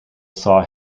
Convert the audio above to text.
saw